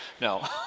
No